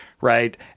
Right